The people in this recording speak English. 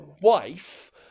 wife